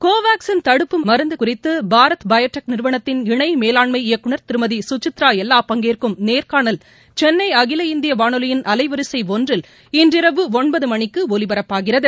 கோவாக்சின் தடுப்பு மருந்து குறித்து பாரத் பையோ டெக் நிறுவனத்தின் இணை மேலாண்மை இயக்குநர் திருமதி துசித்ரா எல்லா பங்கேற்கும் நேர்காணல் சென்ளை அதில இந்திய வானொலியின் அலைவரிசை ஒன்றில் இன்றிரவு ஒன்பது மணிக்கு ஒலிபரப்பாகிறது